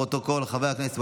חברי הכנסת,